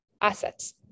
assets